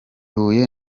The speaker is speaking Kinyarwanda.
huye